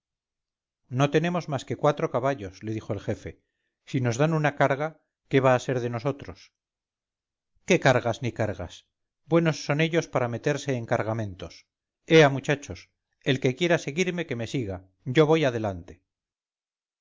no tenemos más que cuatro caballos le dijo el jefe si nos dan una carga qué va a ser de nosotros qué cargas ni cargas buenos son ellos para meterse en cargamentos ea muchachos el que quiera seguirme que me siga yo voy adelante